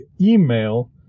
email